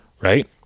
Right